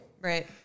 Right